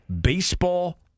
baseball